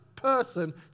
person